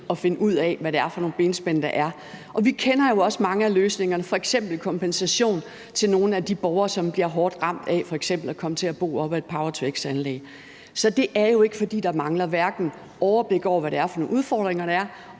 at finde ud af, hvad det er for nogle benspænd, der er. Og vi kender jo også mange af løsningerne, f.eks. kompensation til nogle af de borgere, der bliver hårdt ramt af f.eks. at komme til at bo op ad et power-to-x-anlæg. Så det er jo ikke, fordi der hverken mangler overblik over, hvad det er for nogle udfordringer,